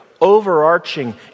overarching